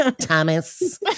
Thomas